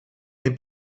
een